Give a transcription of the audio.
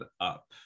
up